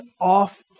off